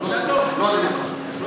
לא דמוקרטי.